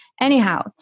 Anyhow